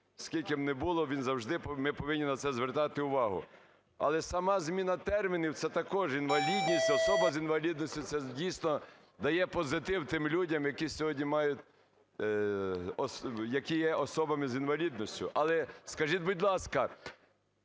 скільки б тут не було, ми завжди повинні на це звертати увагу. Але сама зміна термінів, це також "інвалідність", "особа з інвалідністю", це, дійсно, дає позитив тим людям, які сьогодні мають… які є особами з інвалідністю. Але скажіть, будь ласка,